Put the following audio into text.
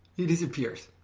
he disappears.